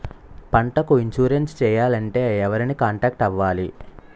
పంటకు ఇన్సురెన్స్ చేయాలంటే ఎవరిని కాంటాక్ట్ అవ్వాలి?